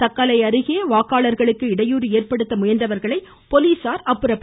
தக்கலை அருகே வாக்காளர்களுக்கு இடையூறு ஏற்படுத்த முயன்றவர்களை போலீஸார் விரட்டியடித்தனர்